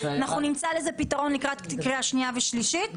ונמצא לזה פתרון לקראת קריאה שנייה ושלישית.